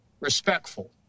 Respectful